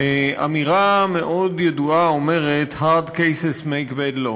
אמירה ידועה מאוד אומרת: Hard cases make bad law.